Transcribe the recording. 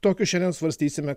tokius šiandien svarstysime